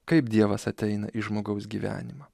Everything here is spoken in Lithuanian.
kaip dievas ateina į žmogaus gyvenimą